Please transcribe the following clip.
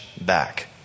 back